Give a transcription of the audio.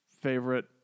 favorite